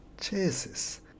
Jesus